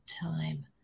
time